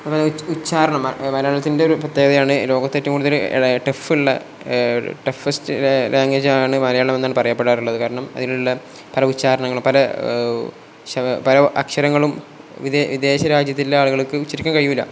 അ ഉച്ചാരണം മലയാളത്തിൻ്റെ ഒരു പ്രത്യേകതയാണ് ലോകത്തെ ഏറ്റവും കൂടുതൽ ടഫ്ഫുള്ള ടഫസ്റ്റ് ലാംഗ്വേജാണ് മലയാളം എന്നാണ് പറയപ്പെടാറുള്ളത് കാരണം അതിലുള്ള പല ഉച്ചാരണങ്ങളും പല പല അക്ഷരങ്ങളും വിദേശ രാജ്യത്തിലെ ആളുകൾക്ക് ഉച്ചിരിക്കാൻ കഴിയില്ല